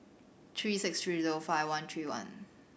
three six three zero five one three one